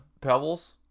Pebbles